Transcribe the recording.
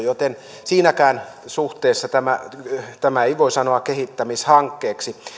joten siinäkään suhteessa tätä ei voi sanoa kehittämishankkeeksi